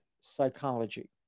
psychology